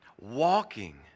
walking